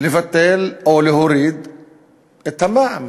במקום לבטל או להוריד את המע"מ.